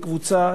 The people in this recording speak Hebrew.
אני קורא לזה,